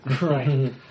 Right